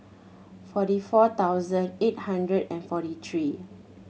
forty four thousand eight hundred and forty three